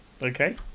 Okay